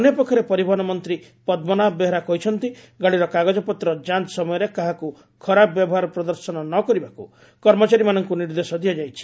ଅନ୍ୟପକ୍ଷରେ ପରିବହନ ମନ୍ତୀ ପଦ୍କନାଭ ବେହେରା କହିଛନ୍ତି ଗାଡ଼ିର କାଗଜପତ୍ର ଯାଞ୍ ସମୟରେ କାହାକୁ ଖରାପ ବ୍ୟବହାର ପ୍ରଦର୍ଶନ ନ କରିବାକୁ କର୍ମଚାରୀମାନଙ୍କୁ ନିର୍ଦ୍ଦେଶ ଦିଆଯାଇଛି